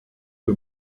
que